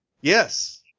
Yes